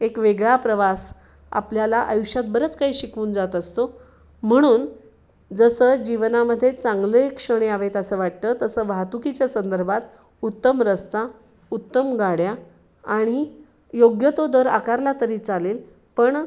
एक वेगळा प्रवास आपल्याला आयुष्यात बरंच काही शिकून जात असतो म्हणून जसं जीवनामध्ये चांगले क्षण यावेत असं वाटतं तसं वाहतुकीच्या संदर्भात उत्तम रस्ता उत्तम गाड्या आणि योग्य तो दर आकारला तरी चालेल पण